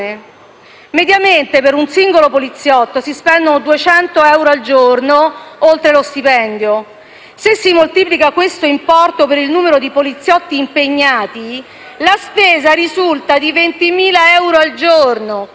Mediamente per un singolo poliziotto si spendono 200 euro al giorno oltre lo stipendio. Se si moltiplica questo importo per il numero dei poliziotti impegnati, la spesa risulta di 20.000 euro al giorno, che